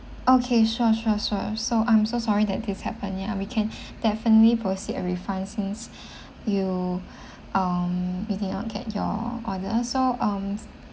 okay sure sure sure so I'm so sorry that this happen ya and we can definitely proceed a refund since you um you did not get your order so um